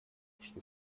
что